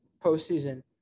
postseason